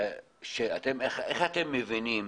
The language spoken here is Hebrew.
איך אתם מבינים